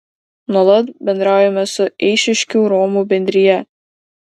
nuolat bendraujame su eišiškių romų bendrija